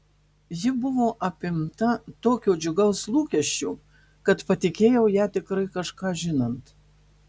ji buvo apimta tokio džiugaus lūkesčio kad patikėjau ją tikrai kažką žinant